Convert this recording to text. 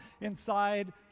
inside